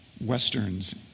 Westerns